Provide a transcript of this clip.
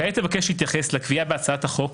כעת, אבקש להתייחס לקביעה בהצעת החוק